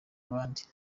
abandi